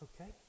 okay